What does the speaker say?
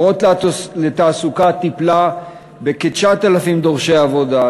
"אורות לתעסוקה" טיפלה בכ-9,000 דורשי עבודה,